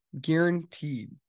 Guaranteed